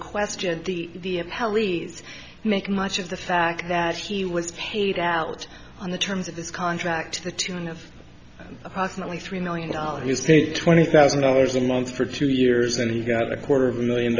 question the pelleas make much of the fact that he was paid out on the terms of this contract to the tune of approximately three million dollars he's paid twenty thousand dollars a month for two years and he got a quarter of a million